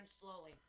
slowly